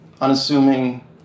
unassuming